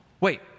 Wait